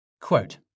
Quote